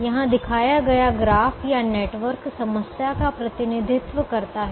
यहाँ दिखाया गया ग्राफ़ या नेटवर्क समस्या का प्रतिनिधित्व करता है